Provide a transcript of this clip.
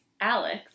Alex